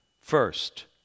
first